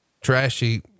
trashy